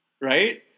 Right